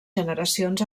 generacions